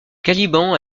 caliban